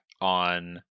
on